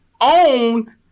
own